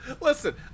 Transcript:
Listen